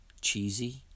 cheesy